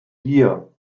hier